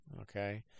okay